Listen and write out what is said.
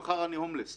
מחר אני הומלס,